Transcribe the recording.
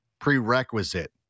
prerequisite